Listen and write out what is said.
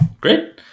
Great